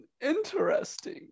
Interesting